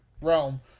realm